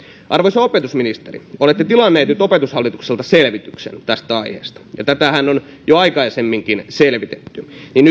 arvoisa opetusministeri kun olette tilannut nyt opetushallitukselta selvityksen tästä aiheesta ja tätähän on jo aikaisemminkin selvitetty niin